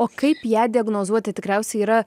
o kaip ją diagnozuoti tikriausiai yra